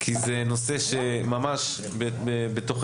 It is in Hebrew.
כי זה נושא שממש בתוכך,